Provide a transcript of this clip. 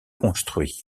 construit